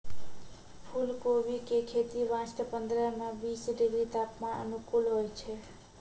फुलकोबी के खेती वास्तॅ पंद्रह सॅ बीस डिग्री तापमान अनुकूल होय छै